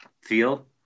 feel